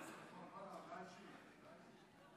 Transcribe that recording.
אדוני היושב-ראש, אני לא מסכים,